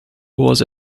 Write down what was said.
was